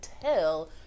tell